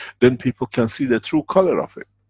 then people can see the true color of it.